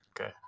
Okay